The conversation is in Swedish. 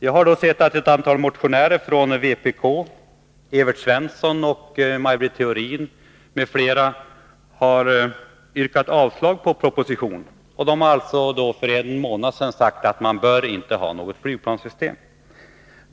Jag konstaterar att ett antal motionärer från vpk samt Evert Svensson och Maj Britt Theorin m.fl. yrkar avslag på propositionen. De har för en månad sedan sagt att man inte bör ha något flygplanssystem.